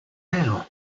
now